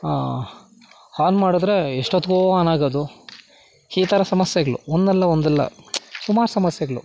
ಹಾನ್ ಮಾಡಿದ್ರೆ ಎಷ್ಟೊತ್ತಿಗೋ ಆನ್ ಆಗೋದು ಈ ಥರ ಸಮಸ್ಯೆಗಳು ಒಂದಲ್ಲ ಒಂದಲ್ಲ ಸುಮಾರು ಸಮಸ್ಯೆಗಳು